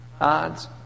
Odds